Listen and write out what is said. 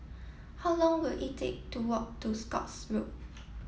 how long will it take to walk to Scotts Road